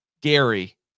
Gary